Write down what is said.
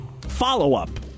follow-up